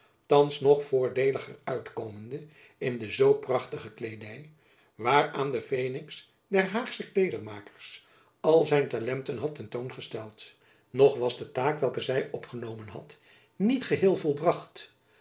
thands nog voordeeliger uitkomende in de zoo prachtige kleedy waaraan de fenix der haagsche kleedermakers al zijn talent had te koste gelegd nog was de taak welke zy opgenomen had niet geheel volbracht